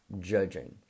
judging